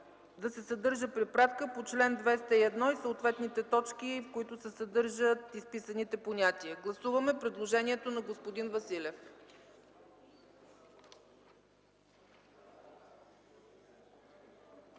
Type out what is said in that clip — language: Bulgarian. да се съдържа препратка по чл. 201 и съответните точки, в които се съдържат изписаните понятия. Гласуваме предложението на господин Василев.